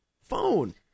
phone